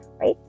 right